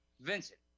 Vincent